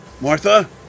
Martha